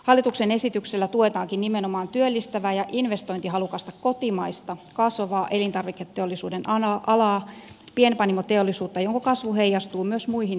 hallituksen esityksellä tuetaankin nimenomaan työllistävää ja investointihalukasta kotimaista kasvavaa elintarviketeollisuuden alaa pienpanimoteollisuutta jonka kasvu heijastuu myös muihin toimialoihin